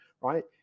right